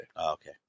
okay